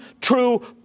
true